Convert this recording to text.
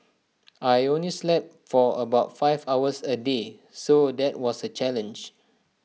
I only slept for about five hours A day so that was A challenge